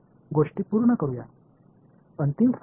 மாணவர்phi 1 என்பது கொள்ளளவு வழியாக தயாரிக்கும் புலம்